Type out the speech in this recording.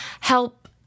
help